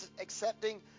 accepting